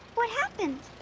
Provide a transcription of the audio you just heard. what happened?